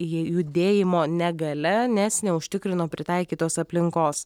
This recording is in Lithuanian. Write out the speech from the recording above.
ji judėjimo negalia nes neužtikrino pritaikytos aplinkos